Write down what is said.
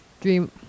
dream